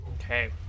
Okay